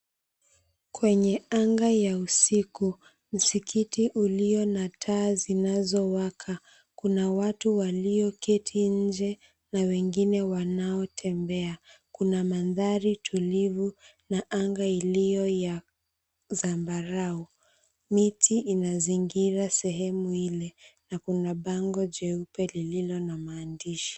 Kwenye anga ya usiku, msikiti ulio na taa zinazowaka, kuna watu walioketi nje na wengine wanaotembea. Kuna mandhari tulivu na anga iliyo ya zambarau. Miti inazungira sehemu ile na kuna bango jeupe lililo na maandishi.